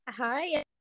Hi